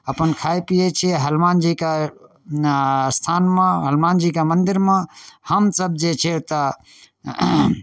अपन खाय पीबै छी हनुमान जीके स्थानमे हनुमान जीके मन्दिरमे हमसब जे छै ओतऽ